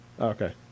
Okay